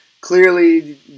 clearly